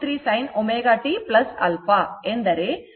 23 sin ω t α ಅಂದರೆ 13